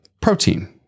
protein